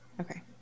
Okay